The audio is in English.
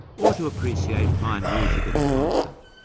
or to appreciate fine music at a concert.